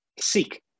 seek